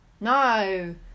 no